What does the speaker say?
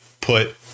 put